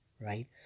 right